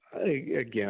Again